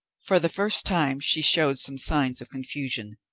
for the first time she showed some signs of confusion.